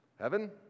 heaven